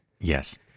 Yes